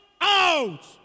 out